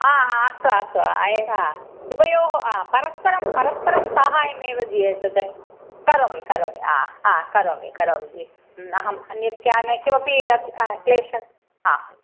हा अस्तु अस्तु आयेगा उभयोः हा परस्परं परस्परं साहाय्यमेव जि एतत् करोमि करोमि हा हा करोमि करोमि जि अहम् अन्यत् क्यानय किमपि क्लेशः हा